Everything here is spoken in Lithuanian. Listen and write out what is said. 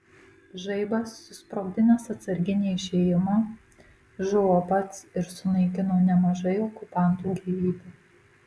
žaibas susprogdinęs atsarginį išėjimą žuvo pats ir sunaikino nemažai okupantų gyvybių